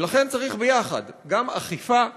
ולכן צריך, ביחד: גם אכיפה,